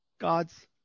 God's